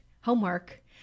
homework